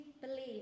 believe